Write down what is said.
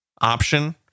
option